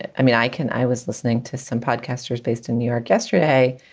i mean, i can i was listening to some podcasters based in new york yesterday,